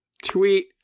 tweet